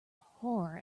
horror